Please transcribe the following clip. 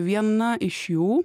viena iš jų